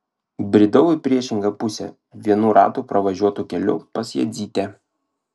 bridau į priešingą pusę vienų ratų pravažiuotu keliu pas jadzytę